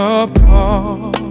apart